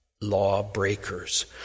lawbreakers